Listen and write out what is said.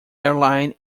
airline